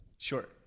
sure